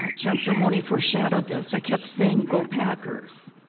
ah chancellor mone foreshadowed this, i kept saying go packers.